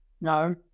No